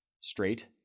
straight